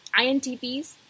INTPs